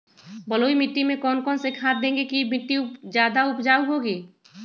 बलुई मिट्टी में कौन कौन से खाद देगें की मिट्टी ज्यादा उपजाऊ होगी?